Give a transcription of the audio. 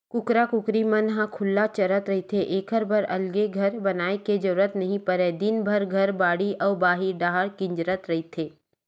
कुकरा कुकरी मन ह खुल्ला चरत रहिथे एखर बर अलगे घर बनाए के जरूरत नइ परय दिनभर घर, बाड़ी अउ बाहिर डाहर किंजरत रहिथे